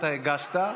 אתה הגשת,